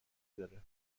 داره